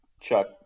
chuck